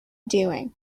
doing